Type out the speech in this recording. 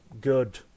good